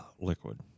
liquid